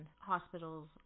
hospitals